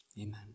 Amen